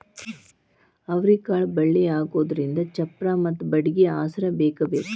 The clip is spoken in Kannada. ಅವ್ರಿಕಾಳು ಬಳ್ಳಿಯಾಗುದ್ರಿಂದ ಚಪ್ಪರಾ ಮತ್ತ ಬಡ್ಗಿ ಆಸ್ರಾ ಬೇಕಬೇಕ